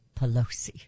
Pelosi